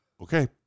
okay